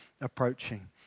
approaching